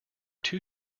two